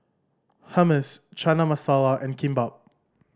Hummus Chana Masala and Kimbap